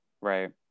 Right